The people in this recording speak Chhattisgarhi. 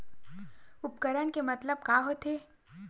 उपकरण के मतलब का होथे?